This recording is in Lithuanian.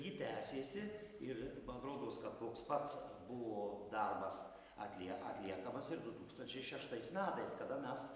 ji tęsėsi ir man rodos kad toks pat buvo darbas atlie atliekamas ir du tūkstančiai šeštais metais kada mes